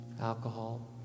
alcohol